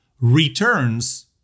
returns